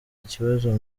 ikibazo